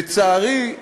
לצערי,